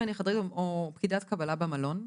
אם אני חדרנית או פקידת קבלה במלון,